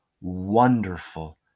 wonderful